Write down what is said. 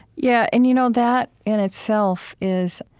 yeah, and you know that in itself is